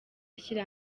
ashyira